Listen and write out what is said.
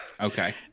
Okay